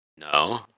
no